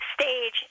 stage